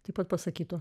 taip pat pasakytų